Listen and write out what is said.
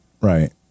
Right